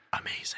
Amazing